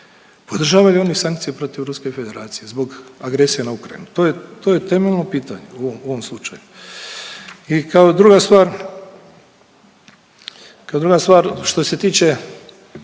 podržavaju li oni sankcije protiv Ruske Federacije zbog agresije na Ukrajinu? To je, to je temeljno pitanje u ovom slučaju. I kao druga stvar, kao druga